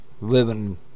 living